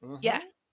Yes